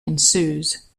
ensues